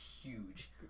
huge